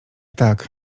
tak